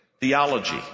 Theology